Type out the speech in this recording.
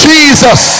Jesus